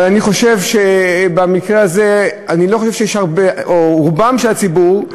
אבל אני חושב שבמקרה הזה רובו של הציבור,